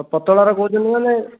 ପତଳାର କହୁଛନ୍ତି ମାନେ